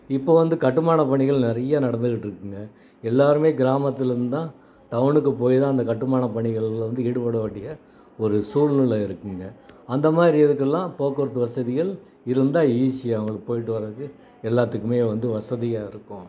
இப்போ வந்து கட்டுமானப்பணிகள் நிறையா நடந்துக்கிட்டிருக்குங்க எல்லோருமே கிராமத்திலேருந்து தான் டவுனுக்கு போய் தான் அந்த கட்டுமானப்பணிகளில் வந்து ஈடுபட வேண்டிய ஒரு சூழ்நிலை இருக்குதுங்க அந்த மாதிரி இதுக்கெலாம் போக்குவரத்து வசதிகள் இருந்தால் ஈஸி அவர்களுக்கு போயிட்டு வரதுக்கு எல்லாத்துக்குமே வந்து வசதியாக இருக்கும்